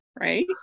right